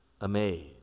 amazed